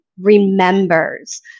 remembers